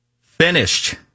finished